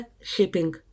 shipping